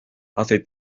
hace